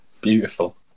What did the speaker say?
beautiful